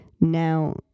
Now